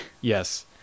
yes